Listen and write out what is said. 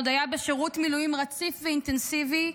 עוד היה בשירות מילואים רציף ואינטנסיבי,